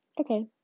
okay